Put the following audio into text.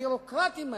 הביורוקרטים האלה,